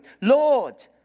Lord